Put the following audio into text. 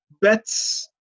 bets